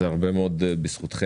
זה הרבה מאוד בזכותכם.